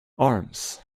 arms